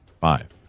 Five